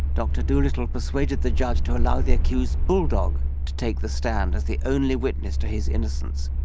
dr dolittle persuaded the judge to allow the accused's bulldog to take the stand as the only witness to his innocence,